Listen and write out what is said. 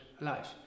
life